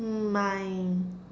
mm mine